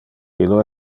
illo